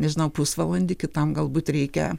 nežinau pusvalandį kitam galbūt reikia